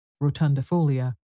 rotundifolia